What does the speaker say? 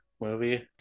movie